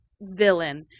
villain